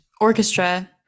orchestra